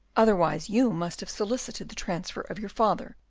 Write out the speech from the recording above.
otherwise, you must have solicited the transfer of your father,